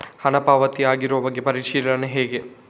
ಹಣ ಪಾವತಿ ಆಗಿರುವ ಬಗ್ಗೆ ಪರಿಶೀಲನೆ ಹೇಗೆ?